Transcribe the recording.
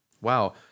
wow